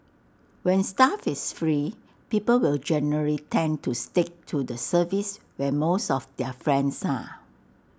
when stuff is free people will generally tend to stick to the service where most of their friends are